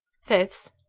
fifth.